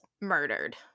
murdered